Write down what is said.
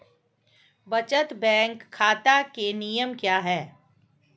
बचत बैंक खाता के नियम क्या हैं?